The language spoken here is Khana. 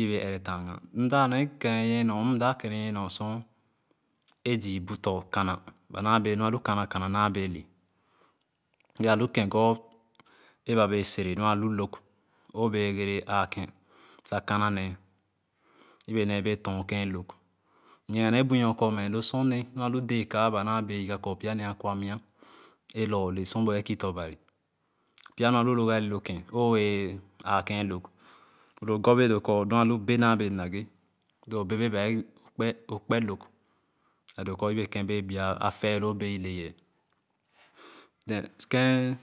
Ì wɛɛ ɛyɛ táàga mala mmda kɛɛrɛ nyìe nor so ì zù bu tɔ̃ kànà nu a tu kànà kànà naa beele be a lo kèngor a ba bee sere nu log o bee egerebee ààkèn sa kànà nee yebenee bee tom kèn log m nyìgìa nee bunor kor loo sor nì dɛɛ alu dɛɛkaɛ ba naa bee yoga kor pya nee a kwa mìa a lorle sor wa kiì tɔ̃. Bari pya nu a lu log ale lokèn o wɛɛ ààkèn log lo gor wɛɛ doo kor nu a lu bɛ̀ naa wɛɛ le nage lo bèbè bae okpe log a doo kor yɛbɛ kèn bee bìa a fɛɛloo bee ine yeeh ken